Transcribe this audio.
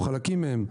או חלקים מהם,